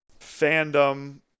fandom